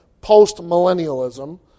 post-millennialism